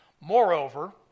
Moreover